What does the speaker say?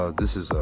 ah this is, ah,